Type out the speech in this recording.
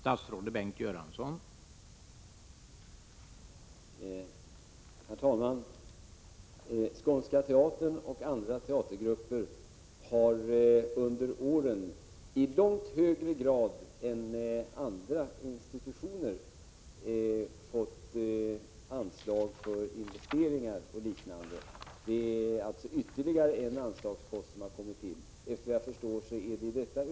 Herr talman! Skånska teatern och andra teatergrupper har under årens lopp i långt högre grad än andra institutioner fått anslag för investeringar o.d. Det är alltså ytterligare en anslagspost som har kommit till.